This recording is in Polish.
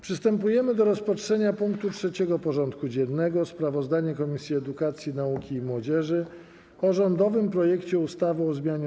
Przystępujemy do rozpatrzenia punktu 3. porządku dziennego: Sprawozdanie Komisji Edukacji, Nauki i Młodzieży o rządowym projekcie ustawy o zmianie